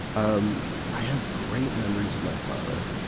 um i have great memories of my father.